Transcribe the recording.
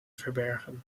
verbergen